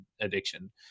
addiction